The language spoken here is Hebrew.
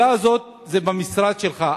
השאלה הזאת היא במשרד שלך.